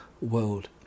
world